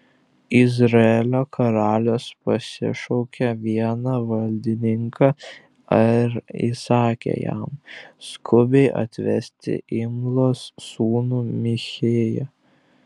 izraelio karalius pasišaukė vieną valdininką ir įsakė jam skubiai atvesti imlos sūnų michėją